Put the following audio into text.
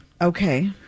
Okay